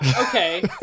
Okay